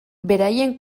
beraien